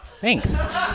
thanks